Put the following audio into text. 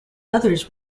others